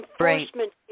enforcement